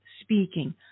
speaking